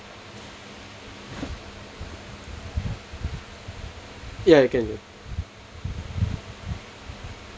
ya I can do